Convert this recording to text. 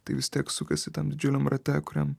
tai vis tiek sukasi tam didžiuliam rate kuriam